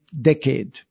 decade